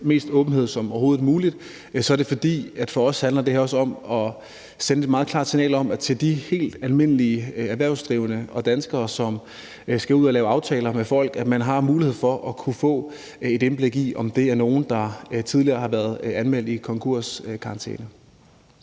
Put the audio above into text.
mulig åbenhed, er det, fordi det her for os også handler om at sende et meget klart signal til de helt almindelige erhvervsdrivende og danskere, som skal ud og lave aftaler med folk, om, at man har mulighed for at kunne få et indblik i, om det er nogen, der tidligere er blevet pålagt konkurskarantæne.